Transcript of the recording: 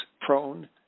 prone